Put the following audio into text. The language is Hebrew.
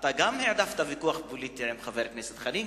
אתה גם העדפת ויכוח פוליטי עם חבר הכנסת חנין,